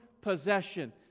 possession